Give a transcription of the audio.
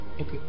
Okay